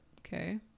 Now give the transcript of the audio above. Okay